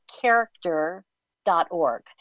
character.org